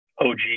OG